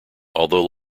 although